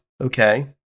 okay